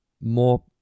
more